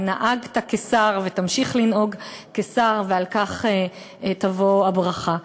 נהגת כשר ותמשיך לנהוג כשר, ועל כך תבוא הברכה.